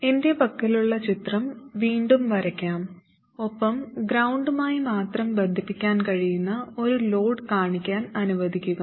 എന്റെ പക്കലുള്ള ചിത്രം വീണ്ടും വരയ്ക്കാം ഒപ്പം ഗ്രൌണ്ടുമായി മാത്രം ബന്ധിപ്പിക്കാൻ കഴിയുന്ന ഒരു ലോഡ് കാണിക്കാൻ അനുവദിക്കുക